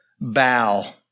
bow